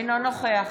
אינו נוכח